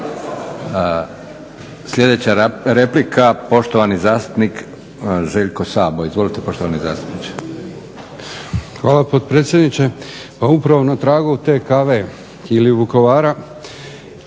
Sljedeća replika poštovani zastupnik Željko Sabo. Izvolite poštovani zastupniče. **Sabo, Željko (SDP)** Hvala potpredsjedniče. Pa upravo na tragu te kave ili Vukovara